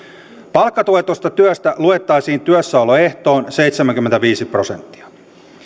palkkatuetusta työstä luettaisiin työssäoloehtoon seitsemänkymmentäviisi prosenttia